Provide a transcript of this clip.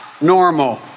normal